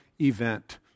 event